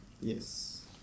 Yes